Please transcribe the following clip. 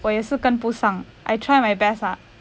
我也是跟不上 I try my best ah